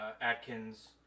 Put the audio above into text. Atkins